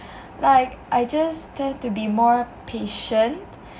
like I just tend to be more patient